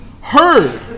heard